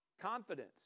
confidence